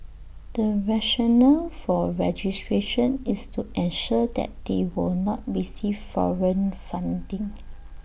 the rationale for registration is to ensure that they will not receive foreign funding